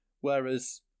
Whereas